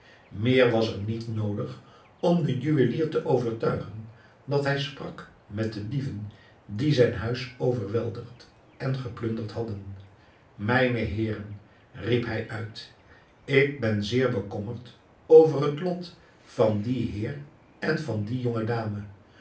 meer was er niet noodig om den juwelier te overtuigen dat hij sprak met de dieven die zijn huis overweldigd en geplunderd hadden mijne heeren riep hij uit ik ben zeer bekommerd over het lot van dien heer en van die